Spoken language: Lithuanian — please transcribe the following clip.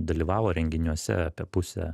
dalyvavo renginiuose apie pusę